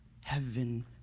heaven